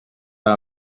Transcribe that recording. our